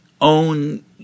own